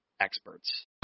experts